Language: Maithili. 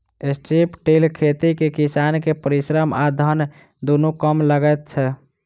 स्ट्रिप टिल खेती मे किसान के परिश्रम आ धन दुनू कम लगैत छै